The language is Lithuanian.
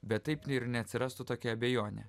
bet taip ir neatsirastų tokia abejonė